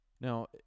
Now